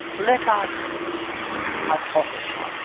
let us hypothesise.